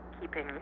keeping